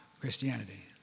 Christianity